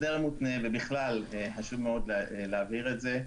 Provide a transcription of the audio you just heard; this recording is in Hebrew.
מותנה, ובכלל חשוב מאוד להבהיר את זה,